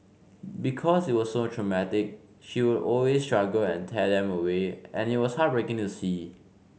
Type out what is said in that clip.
because it was so traumatic she would always struggle and tear them away and it was heartbreaking to see